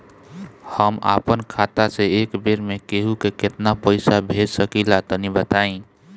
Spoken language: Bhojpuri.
हम आपन खाता से एक बेर मे केंहू के केतना पईसा भेज सकिला तनि बताईं?